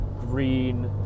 green